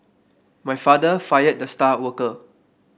my father fired the star worker